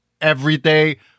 everyday